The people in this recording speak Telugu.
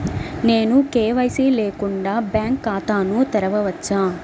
నేను కే.వై.సి లేకుండా బ్యాంక్ ఖాతాను తెరవవచ్చా?